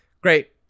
great